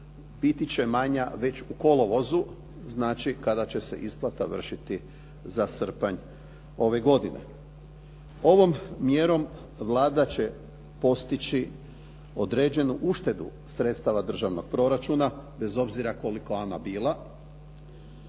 biti će manja već u kolovozu, znači kada će se isplata vršiti za srpanj ove godine. Ovom mjerom Vlada će postići određenu uštedu sredstava državnog proračuna bez obzira koliko ona bila,